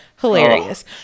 Hilarious